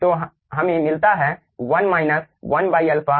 तो हमें मिलता है 1 माइनस 1 अल्फा